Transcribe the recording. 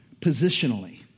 Positionally